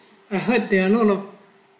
i heard there a lot of